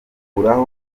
ubugwari